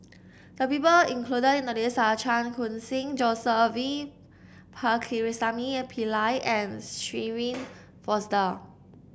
the people included in the list are Chan Khun Sing Joseph V Pakirisamy Pillai and Shirin Fozdar